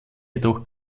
jedoch